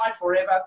forever